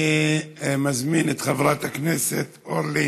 אני מזמין את חברת הכנסת אורלי